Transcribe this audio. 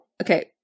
okay